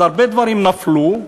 אז הרבה דברים נפלו,